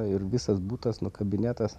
ir visas butas nukabinėtas